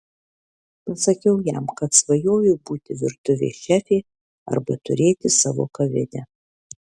pasakiau jam kad svajoju būti virtuvės šefė arba turėti savo kavinę